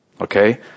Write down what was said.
okay